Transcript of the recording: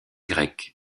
grecs